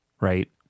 right